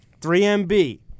3MB